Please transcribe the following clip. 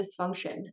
dysfunction